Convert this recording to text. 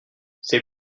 c’est